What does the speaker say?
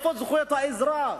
איפה זכויות האזרח?